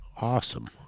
awesome